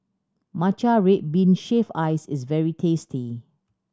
Matcha red bean shaved ice is very tasty